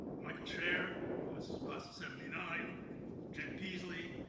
michael scherer who was class of seventy nine jim peaslee.